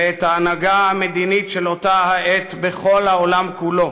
ואת ההנהגה המדינית של אותה העת בכל העולם כולו.